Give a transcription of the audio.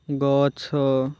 ଗଛ